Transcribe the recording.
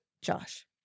Josh